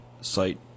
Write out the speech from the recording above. site